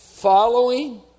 Following